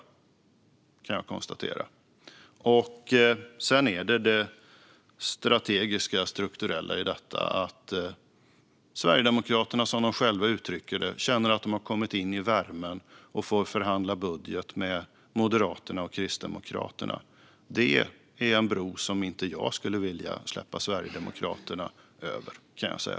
Sedan handlar det om det strategiska och strukturella i detta: Sverigedemokraterna känner, som de själva uttrycker det, att de har kommit in i värmen. De får förhandla budget med Moderaterna och Kristdemokraterna. Det är en bro som jag för min del inte skulle vilja släppa Sverigedemokraterna över, kan jag säga.